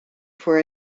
for